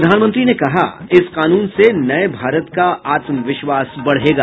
प्रधानमंत्री ने कहा इस कानून से नये भारत का आत्मविश्वास बढ़ेगा